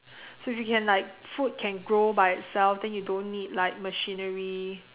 so you can like food can grow by itself then you don't need like machinery